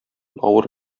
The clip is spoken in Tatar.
авыр